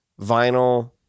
vinyl